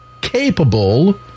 capable